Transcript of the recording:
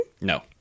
No